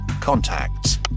Contacts